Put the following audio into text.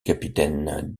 capitaine